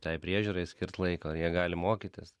tai priežiūrai skirt laiko ar jie gali mokytis